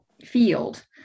field